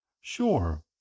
Sure